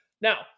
now